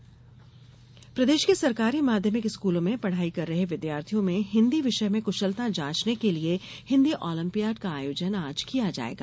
Hindi olympiad प्रदेश के सरकारी माध्यमिक स्कूलों में पढ़ाई कर रहे विद्यार्थियों में हिन्दी विषय में कुशलता जाँचने के लिये हिन्दी अहलंपियाड का आयोजन आज किया जायेगा